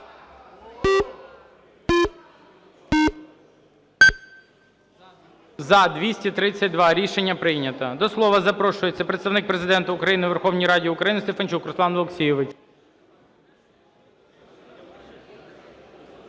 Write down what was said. За-232 Рішення прийнято. До слова запрошується Представник Президента України у Верховній Раді України Стефанчук Руслан Олексійович.